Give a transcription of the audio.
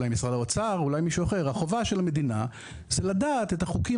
אולי משרד האוצר או מישהו אחר החובה של המדינה זה לדעת את החוקים